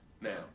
now